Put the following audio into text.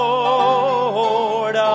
Lord